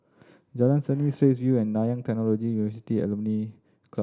Jalan Seni Straits View and Nanyang University Alumni Club